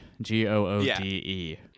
G-O-O-D-E